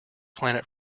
planet